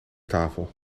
tafel